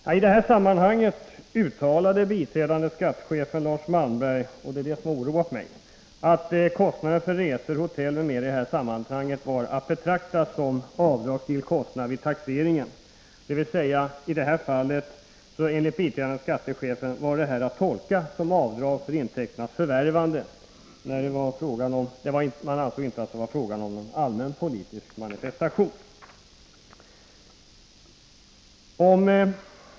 Men i det sammanhanget uttalade biträdande skattechefen Lars Malmberg — det är detta som har oroat mig — att kostnaderna för resor, hotell m.m. i detta sammanhang var att betrakta som avdragsgilla kostnader vid taxeringen. I det här fallet tolkas de alltså som kostnader för intäkternas förvärvande, inte kostnader i samband med någon allmän politisk manifestation.